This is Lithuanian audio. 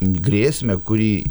grėsmę kuri